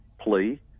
plea